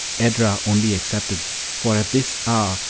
edra only excepted for at this hour,